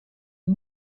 les